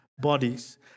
bodies